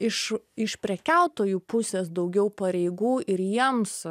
iš iš prekiautojų pusės daugiau pareigų ir jiems